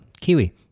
Kiwi